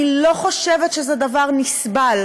אני לא חושבת שזה דבר נסבל.